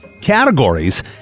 categories